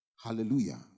Hallelujah